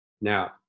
Now